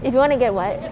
if you want to get [what]